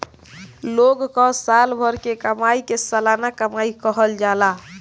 लोग कअ साल भर के कमाई के सलाना कमाई कहल जाला